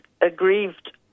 aggrieved